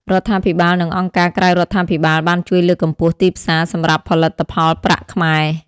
រដ្ឋាភិបាលនិងអង្គការក្រៅរដ្ឋាភិបាលបានជួយលើកកម្ពស់ ទីផ្សារ សម្រាប់ផលិតផលប្រាក់ខ្មែរ។